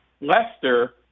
Lester